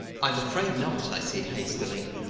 i'm afraid not, i said hastily.